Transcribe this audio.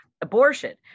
abortion